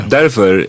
Därför